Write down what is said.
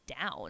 down